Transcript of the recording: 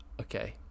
Okay